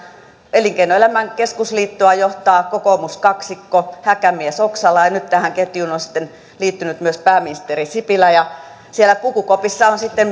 elinkeinoelämän keskusliittoa johtaa kokoomuskaksikko häkämies oksala ja nyt tähän ketjuun on sitten liittynyt myös pääministeri sipilä ja siellä pukukopissa on sitten